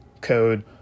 code